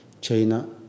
China